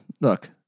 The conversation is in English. Look